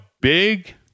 big